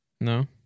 No